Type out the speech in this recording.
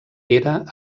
era